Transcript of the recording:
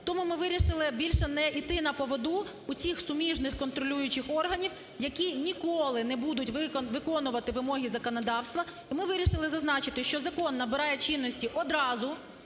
Тому ми вирішили більше не іти на поводу у цих суміжних контролюючих органів, які ніколи не будуть виконувати вимоги законодавства, і ми вирішили зазначити, що закон набирає чинності одразу